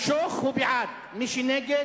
אני מבקש מהשרים לשבת.